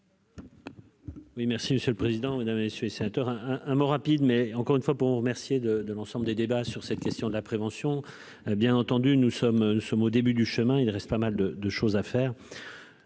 merci monsieur le président, Mesdames et messieurs les sénateurs, un un mot rapide, mais encore une fois, pour remercier de de l'ensemble des débats sur cette question de la prévention, bien entendu, nous sommes, nous sommes au début du chemin, il reste pas mal de de choses à faire